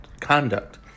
conduct